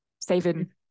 saving